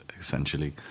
essentially